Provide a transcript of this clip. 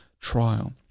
trial